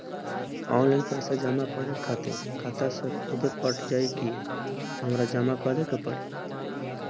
Online पैसा जमा करे खातिर खाता से खुदे कट जाई कि हमरा जमा करें के पड़ी?